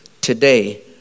today